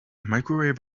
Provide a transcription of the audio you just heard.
microwave